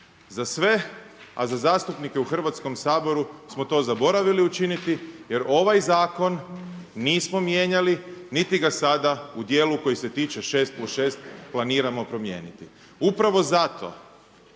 Za sve, a za zastupnike u Hrvatskom saboru smo to zaboravili učiniti jer ovaj zakon nismo mijenjali niti ga sada u dijelu koji se tiče 6+6 planiramo promijeniti. Upravo zato,